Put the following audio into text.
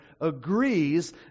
agrees